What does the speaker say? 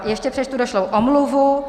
Ještě přečtu došlou omluvu.